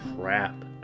crap